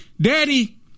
daddy